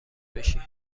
بشی